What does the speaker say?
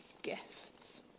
gifts